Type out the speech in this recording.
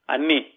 Anni